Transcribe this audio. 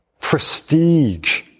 prestige